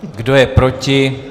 Kdo je proti?